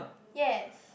yes